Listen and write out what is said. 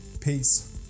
peace